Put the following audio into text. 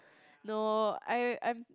no I I'm